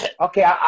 okay